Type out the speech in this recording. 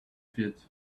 feet